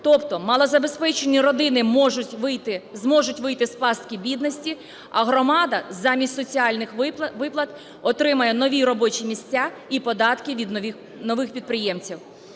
Тобто малозабезпечені родини зможуть вийти з пастки бідності, а громада, замість соціальних виплат, отримає нові робочі місця і податки від нових підприємців.